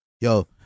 yo